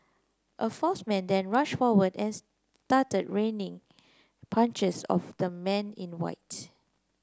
a fourth man then rushed forward and started raining punches of the man in white